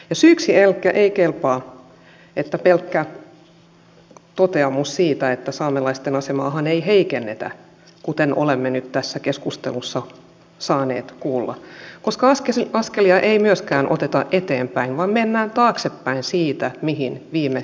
ja syyksi ei kelpaa pelkkä toteamus siitä että saamelaisten asemaahan ei heikennetä kuten olemme nyt tässä keskustelussa saaneet kuulla koska askelia ei myöskään oteta eteenpäin vaan mennään taaksepäin siitä mihin viime eduskunta jäi